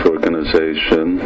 Organization